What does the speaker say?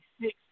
six